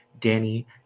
Danny